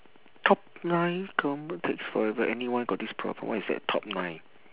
top nine takes forever anyone got this problem why is there top nine